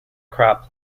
crop